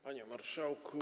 Panie Marszałku!